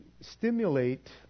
stimulate